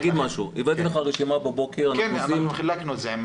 הבאתי לך רשימה בבוקר -- כן, חילקנו את זה.